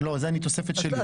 לא, זו תוספת שלי.